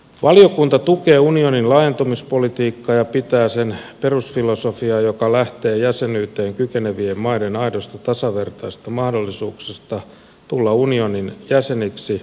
valiokunta tukee unionin laajentumispolitiikkaa ja pitää sen perusfilosofiaa joka lähtee jäsenyyteen kykenevien maiden aidoista tasavertaisista mahdollisuuksista tulla unionin jäseniksi onnistuneena